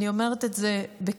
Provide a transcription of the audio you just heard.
אני אומרת את זה בכאב,